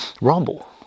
rumble